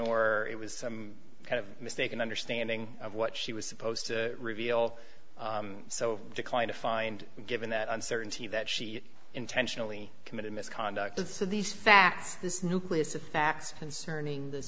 or it was some kind of mistaken understanding of what she was supposed to reveal so decline to find given that uncertainty that she intentionally committed misconduct and so these facts this nucleus of facts concerning th